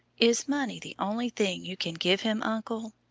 is money the only thing you can give him, uncle?